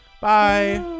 Bye